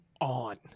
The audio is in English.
on